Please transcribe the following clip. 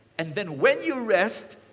and then when you rest,